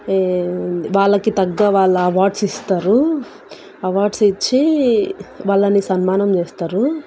వాళ్ళకి తగ్గ వాళ్ళ అవార్డ్స్ ఇస్తారు అవార్డ్స్ ఇచ్చి వాళ్ళని సన్మానం చేస్తారు